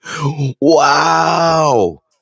wow